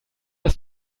das